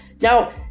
Now